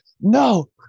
No